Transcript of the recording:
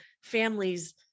families